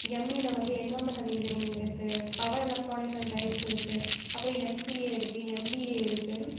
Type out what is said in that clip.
எம்இயில் வந்து environmental engineering இருக்குது power electronics and drives இருக்குது அப்புறம் எம்சிஏ இருக்குது எம்பிஏ இருக்குது